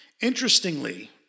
Interestingly